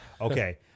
okay